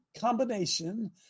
combination